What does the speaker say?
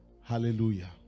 Hallelujah